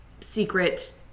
secret